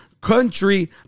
Country